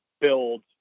build